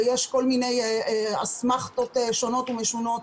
ויש כל מיני אסמכתאות שונות ומשונות.